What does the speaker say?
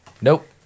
Nope